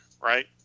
Right